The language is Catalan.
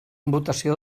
votació